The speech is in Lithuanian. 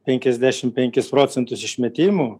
penkiasdešim penkis procentus išmetimų